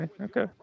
okay